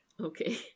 Okay